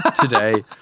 today